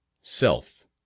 SELF